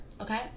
okay